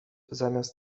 zamiast